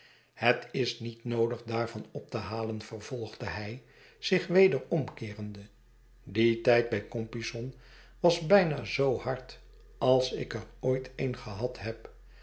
het is niet noodig daarvan op te halen vervolgde hij zich weder omkeerende die tijd bij compeyson was bijna zoo hard als ik er ooit een gehad heb